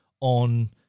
on